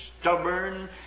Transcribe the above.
stubborn